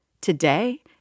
Today